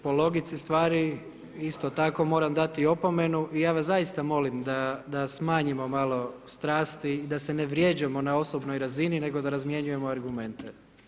Po logici stvari, isto tako moram dati i opomenu i ja vas zaista molim da smanjimo malo strasti i da se ne vrijeđamo na osobnoj razini nego da razmjenjujemo argumente.